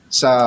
sa